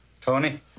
Tony